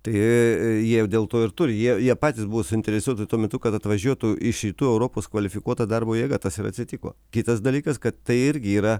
tai jie dėl to ir turi jie jie patys buvo suinteresuoti tuo metu kad atvažiuotų iš rytų europos kvalifikuota darbo jėga tas ir atsitiko kitas dalykas kad tai irgi yra